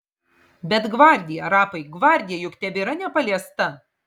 bet gvardija rapai gvardija juk tebėra nepaliesta